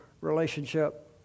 relationship